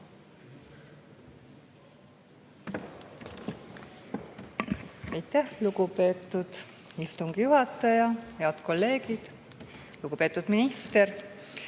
lugupeetud istungi juhataja! Head kolleegid! Lugupeetud minister!